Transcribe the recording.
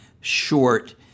short